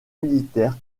militaire